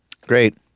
Great